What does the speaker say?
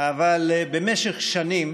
אבל במשך שנים